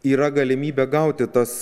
yra galimybė gauti tas